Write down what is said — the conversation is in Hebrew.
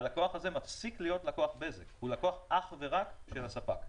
הלקוח הזה מפסיק להיות לקוח בזק והוא אך ורק לקוח של הספק.